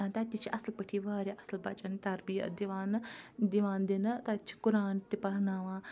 تَتہِ تہِ چھِ اَصٕل پٲٹھی واریاہ اَصٕل بَچَن تربیت دِوانہٕ دِوان دِنہٕ تَتہِ چھِ قُران تہِ پرناوان